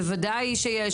בוודאי שיש.